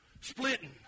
splitting